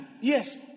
Yes